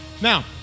now